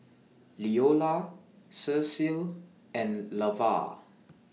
Leola Cecil and Lavar